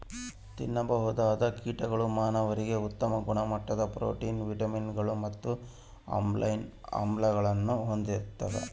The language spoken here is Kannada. ತಿನ್ನಬಹುದಾದ ಕೀಟಗಳು ಮಾನವರಿಗೆ ಉತ್ತಮ ಗುಣಮಟ್ಟದ ಪ್ರೋಟೀನ್, ವಿಟಮಿನ್ಗಳು ಮತ್ತು ಅಮೈನೋ ಆಮ್ಲಗಳನ್ನು ಹೊಂದಿರ್ತವ